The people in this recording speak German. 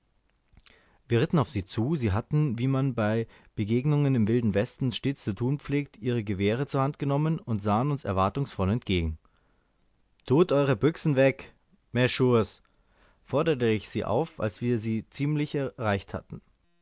wir ritten auf sie zu sie hatten wie man bei begegnungen im wilden westen stets zu tun pflegt ihre gewehre zur hand genommen und sahen uns erwartungsvoll entgegen tut eure büchsen weg mesch'schurs forderte ich sie auf als wir sie ziemlich erreicht hatten